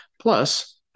plus